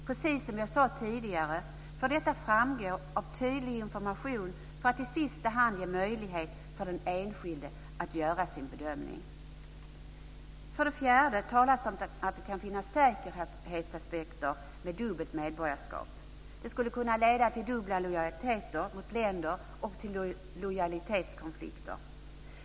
Precis som jag sade tidigare får detta framgå av tydlig information för att i sista hand ge möjlighet för den enskilde att göra sin bedömning. Det fjärde området handlar om att det kan finnas säkerhetsaspekter med dubbelt medborgarskap. Det skulle kunna leda till dubbla lojaliteter mot länder och till lojalitetskonflikter.